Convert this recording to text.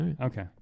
Okay